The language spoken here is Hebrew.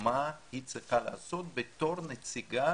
מה היא צריכה לעשות בתור נציגה